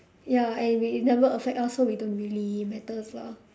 ya and we it never affect us so we don't really matters lah